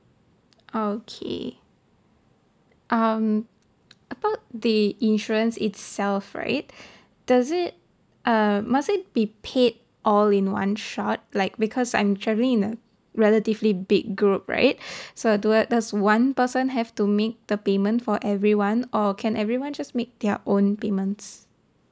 okay um about the insurance itself right does it um must it be paid all in one shot like because I'm travelling in a relatively big group right so do I does one person have to make the payment for everyone or can everyone just make their own payments